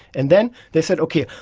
and then they said, okay,